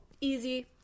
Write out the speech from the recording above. easy